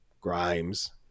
Grimes